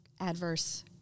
adverse